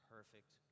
Perfect